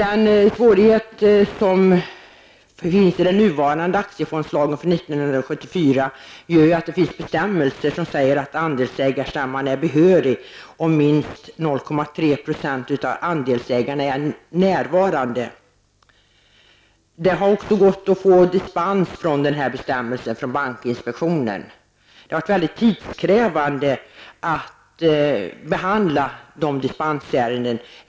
En svårighet som finns i den nuvarande aktiefondslagen från 1974 är bestämmelsen som säger att andelsägarstämman är behörig om minst 0,3 % av andelsägarna är närvarande. Det har också gått att få dispens från den här bestämmelsen från bankinspektionen. Det har varit tidskrävande att behandla dessa dispensärenden.